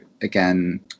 again